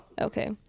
Okay